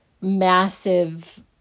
massive